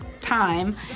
time